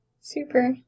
Super